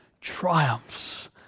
triumphs